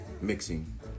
Mixing